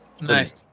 Nice